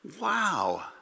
wow